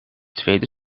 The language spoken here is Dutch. tweede